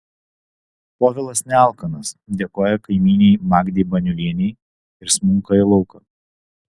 povilas nealkanas dėkoja kaimynei magdei baniulienei ir smunka į lauką